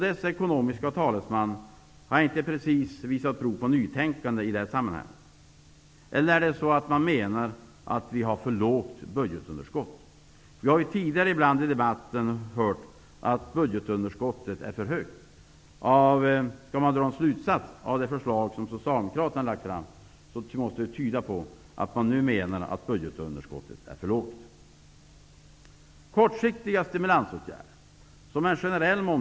Den ekonomisk-politiska linje som regeringen och regeringspartierna har stakat ut har varit trovärdig och redan gett många positiva resultat, bl.a. sänkta räntor. Riksbanken har kunnat sänka marginalräntan, vilket har inneburit en välkommen räntesänkning i stort. Andra talare kommer säkert senare i debatten att utveckla detta. De korta räntorna har gått ned.